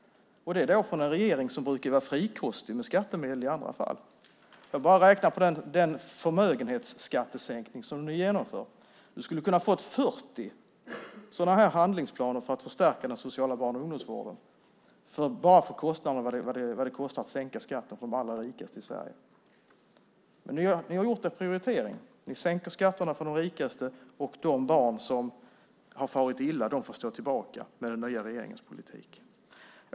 Det här är en regering som i andra fall brukar vara frikostig med skattemedel. Jag räknar på den förmögenhetsskattesänkning som ni har genomfört. Du skulle ha fått 40 handlingsplaner för att förstärka den sociala barn och ungdomsvården bara för vad det kostar att sänka skatten för de allra rikaste i Sverige. Ni har gjort en prioritering. Ni sänker skatterna för de rikaste, och de barn som har farit illa får stå tillbaka med den nya regeringens politik.